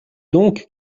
donc